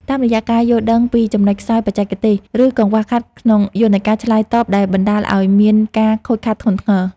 តាមរយៈការយល់ដឹងពីចំណុចខ្សោយបច្ចេកទេស ឬកង្វះខាតក្នុងយន្តការឆ្លើយតបដែលបណ្តាលឱ្យមានការខូចខាតធ្ងន់ធ្ងរ។